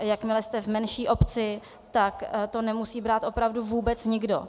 Jakmile jste v menší obci, tak to nemusí brát opravdu vůbec nikdo.